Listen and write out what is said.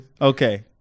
Okay